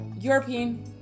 European